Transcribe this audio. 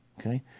Okay